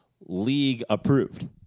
league-approved